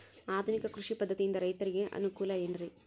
ಆಧುನಿಕ ಕೃಷಿ ಪದ್ಧತಿಯಿಂದ ರೈತರಿಗೆ ಅನುಕೂಲ ಏನ್ರಿ?